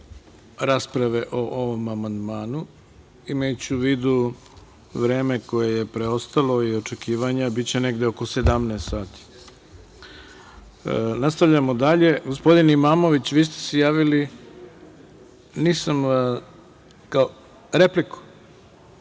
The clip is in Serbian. rasprave o ovom amandmanu. Imajući u vidu vreme koje je preostalo i očekivanja, biće negde oko 17 sati. Nastavljamo dalje. Gospodine Imamoviću, vi ste se javili za repliku.